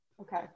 okay